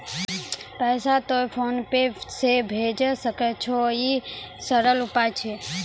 पैसा तोय PhonePe से भैजै सकै छौ? ई सरल उपाय छै?